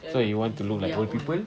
so you want to look like old people